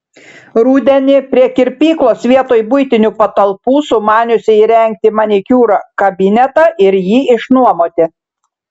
rudenį prie kirpyklos vietoj buitinių patalpų sumaniusi įrengti manikiūro kabinetą ir jį išnuomoti